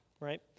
right